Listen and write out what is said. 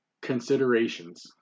considerations